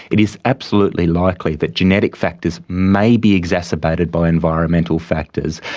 it is absolutely likely that genetic factors may be exacerbated by environmental factors,